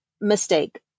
mistake